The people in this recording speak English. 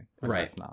Right